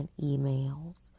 emails